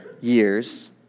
years